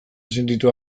sentitu